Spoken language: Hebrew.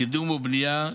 לקידום ולבנייה,